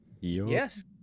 Yes